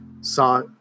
saw